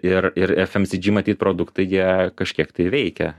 ir ir fm si dži matyt produktai jie kažkiek tai veikia